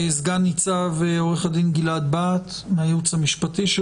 סגן-ניצב עו"ד גלעד בהט מהייעוץ המשפטי של